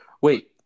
Wait